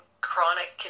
chronic